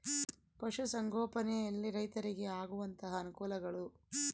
ಪಶುಸಂಗೋಪನೆಯಲ್ಲಿ ರೈತರಿಗೆ ಆಗುವಂತಹ ಅನುಕೂಲಗಳು?